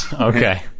Okay